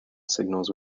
signals